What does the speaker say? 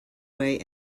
way